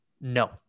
No